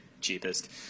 cheapest